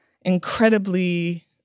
incredibly